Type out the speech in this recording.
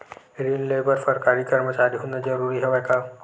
ऋण ले बर सरकारी कर्मचारी होना जरूरी हवय का?